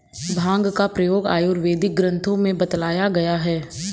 भाँग का प्रयोग आयुर्वेदिक ग्रन्थों में बतलाया गया है